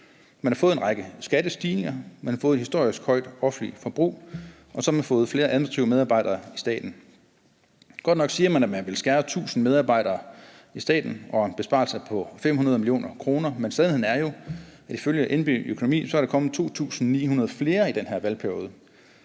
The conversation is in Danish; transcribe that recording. Man har fået en række skattestigninger, man har fået et historisk højt offentligt forbrug, og så har man fået flere administrative medarbejdere i staten. Godt nok siger man, at man vil skære 1.000 medarbejdere i staten og få en besparelse på 500 mio. kr. Men sandheden er jo, at ifølge NB Økonomi er der kommet 2.900 flere i den her valgperiode.